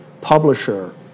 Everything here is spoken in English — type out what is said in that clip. publisher